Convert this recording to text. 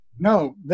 No